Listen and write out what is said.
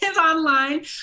online